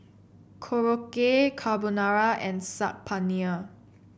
Korokke Carbonara and Saag Paneer